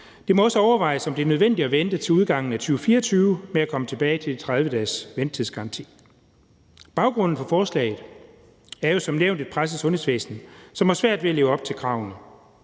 Det må også overvejes, om det er nødvendigt at vente til udgangen af 2024 med at komme tilbage til en ventetidsgaranti på 30 dage. Baggrunden for forslaget er jo som nævnt et presset sundhedsvæsen, som har svært ved at leve op til kravene.